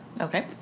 Okay